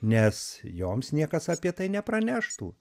nes joms niekas apie tai nepraneštų